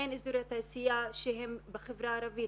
אין אזורי תעשייה שהם בחברה הערבית.